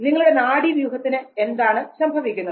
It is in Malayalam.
നിങ്ങളുടെ നാഡീവ്യൂഹത്തിന് എന്താണ് സംഭവിക്കുന്നത്